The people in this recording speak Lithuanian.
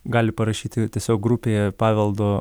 gali parašyti tiesiog grupėje paveldo